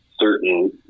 certain